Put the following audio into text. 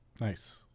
Nice